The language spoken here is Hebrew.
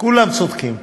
כולם צודקים,